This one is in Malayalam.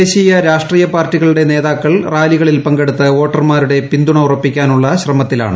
ദേശീയ രാഷ്ട്രീയ പാർട്ടികളുട്ടെ ന്നേതാക്കൾ റാലികളിൽ പങ്കെടുത്ത് വോട്ടർമാരുടെ പിന്തുണ്ട് ഊപ്പിക്കാനുള്ള ശ്രമത്തിലാണ്